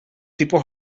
tipo